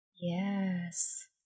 Yes